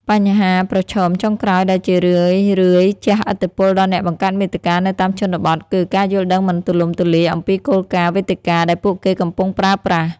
បញ្ហាប្រឈមចុងក្រោយដែលជារឿយៗជះឥទ្ធិពលដល់អ្នកបង្កើតមាតិកានៅតាមជនបទ គឺ ការយល់ដឹងមិនទូលំទូលាយអំពីគោលការណ៍វេទិកាដែលពួកគេកំពុងប្រើប្រាស់។